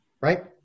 Right